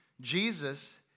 Jesus